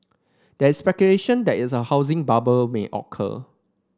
there is speculation that is a housing bubble may occur